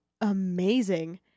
amazing